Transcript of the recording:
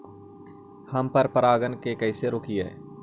हम पर परागण के कैसे रोकिअई?